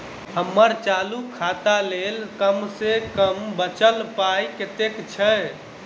हम्मर चालू खाता लेल कम सँ कम बचल पाइ कतेक छै?